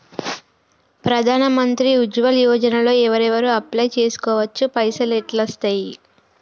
ప్రధాన మంత్రి ఉజ్వల్ యోజన లో ఎవరెవరు అప్లయ్ చేస్కోవచ్చు? పైసల్ ఎట్లస్తయి?